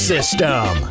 System